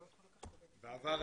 בעבר,